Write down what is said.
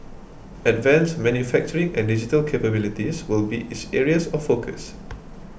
advanced manufacturing and digital capabilities will be its areas of focus